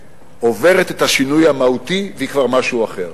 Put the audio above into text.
עוברת את השינוי המהותי והיא כבר משהו אחר: